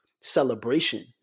celebration